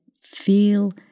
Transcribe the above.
feel